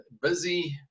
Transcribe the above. busy